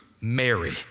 Mary